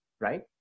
right